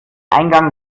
eingang